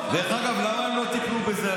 למה הם לא טיפלו בזה?